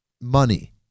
money